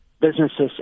businesses